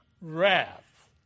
wrath